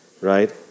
right